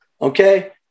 okay